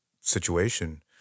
situation